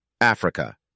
Africa